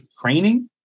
training